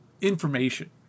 information